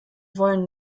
wollen